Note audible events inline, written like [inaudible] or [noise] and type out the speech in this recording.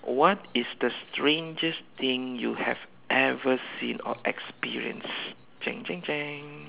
what is the strangest thing you have ever seen or experienced [noise]